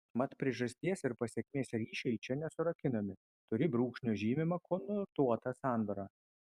mat priežasties ir pasekmės ryšiai čia nesurakinami turi brūkšnio žymimą konotuotą sandūrą